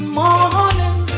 morning